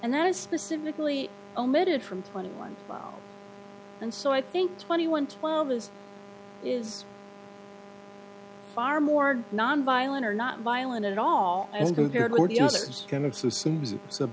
and that is specifically omitted from twenty one and so i think twenty one twelve is is far more nonviolent or not violent at all a